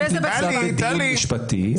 התיק נמצא בדיון משפטי.